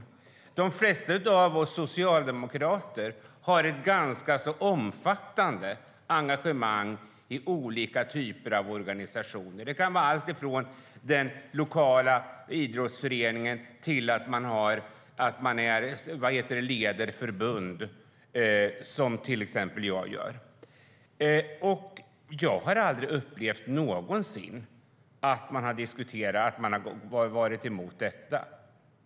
Jag har aldrig någonsin upplevt att vi har varit emot detta.